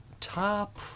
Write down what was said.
top